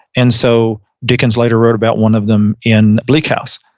and so dickens later wrote about one of them in bleak house.